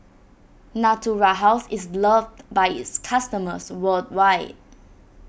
Natura House is loved by its customers worldwide